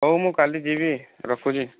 ହଉ ମୁଁ କାଲି ଯିବି ରଖୁଛି